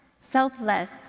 selfless